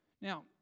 Now